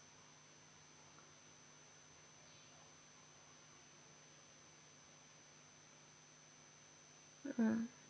mm